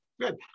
good